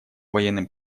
военным